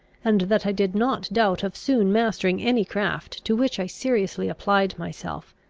and that i did not doubt of soon mastering any craft to which i seriously applied myself.